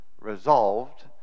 resolved